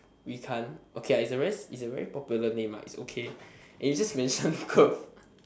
we can't okay it is a very popular name lah so and you just mentioned the girl